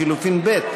אין